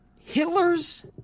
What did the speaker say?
Hitler's